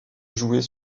jouer